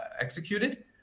executed